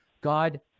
God